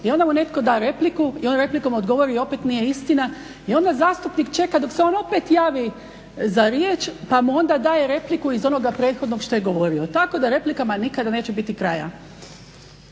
i onda mu netko da repliku i on replikom odgovori i opet nije istina. I onda zastupnik čeka dok se on opet javi za riječ pa mu onda daje repliku iz onoga prethodnog što je govorio. Tako da replikama nikada neće biti kraja.